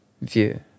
view